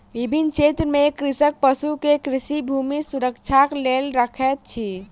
विभिन्न क्षेत्र में कृषक पशु के कृषि भूमि सुरक्षाक लेल रखैत अछि